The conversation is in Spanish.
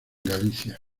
galicia